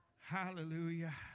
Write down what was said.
Hallelujah